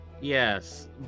Yes